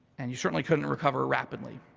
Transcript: and you certainly couldn't recover rapidly.